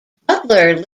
butler